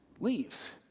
leaves